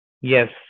Yes